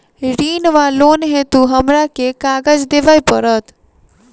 ऋण वा लोन हेतु हमरा केँ कागज देबै पड़त?